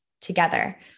together